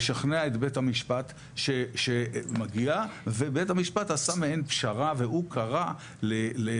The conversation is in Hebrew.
לשכנע את בית המשפט שמגיע ובית המשפט עשה מאין פשרה והוא קרא לאוצר,